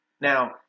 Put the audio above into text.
Now